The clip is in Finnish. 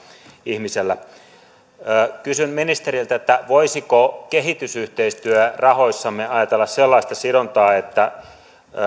ihmisellä kysyn ministeriltä voisiko kehitysyhteistyörahoissamme ajatella sellaista sidontaa että